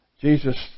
Jesus